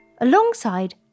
alongside